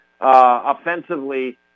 offensively